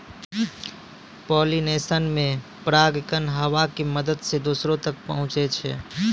pollination मे परागकण हवा के मदत से दोसरो तक पहुचै छै